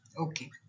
okay